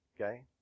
Okay